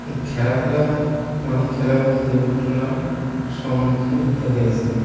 এই খেলাধুলায় অনেক খেলাধুলায় দুর্ঘটনার সম্মুখীন হতে হয়েছে